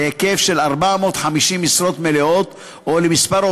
להיקף של 450 משרות מלאות או למספר